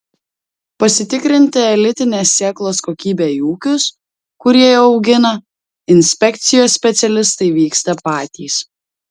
pasitikrinti elitinės sėklos kokybę į ūkius kurie ją augina inspekcijos specialistai vyksta patys